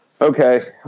Okay